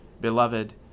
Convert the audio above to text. Beloved